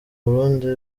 burundi